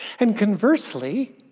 and conversely,